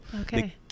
Okay